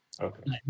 okay